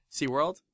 SeaWorld